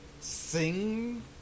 sing